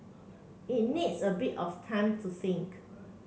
it needs a bit of time to think